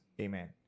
Amen